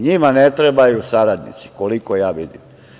Njima ne trebaju saradnici, koliko ja vidim.